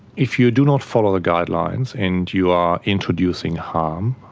if you do not follow the guidelines, and you are introducing harm,